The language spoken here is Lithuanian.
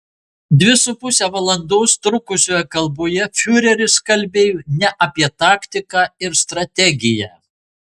dvi su puse valandos trukusioje kalboje fiureris kalbėjo ne apie taktiką ir strategiją